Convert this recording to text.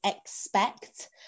expect